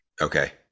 Okay